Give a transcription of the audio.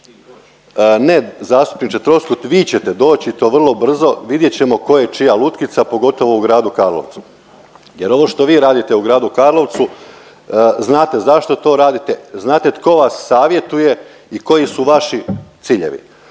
ne zastupniče Troskot vi ćete doći i to vrlo brzo vidjet ćemo tko je čija lutkica pogotovo u Gradu Karlovcu jer ovo što vi radite u Gradu Karlovcu znate zašto to radite, znate tko vas savjetuje i koji su vaši ciljevi.